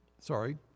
sorry